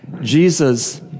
Jesus